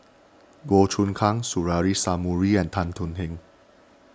Goh Choon Kang Suzairhe Sumari and Tan Thuan Heng